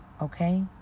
okay